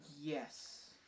Yes